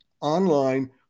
online